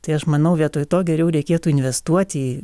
tai aš manau vietoj to geriau reikėtų investuoti į